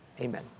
amen